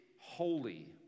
holy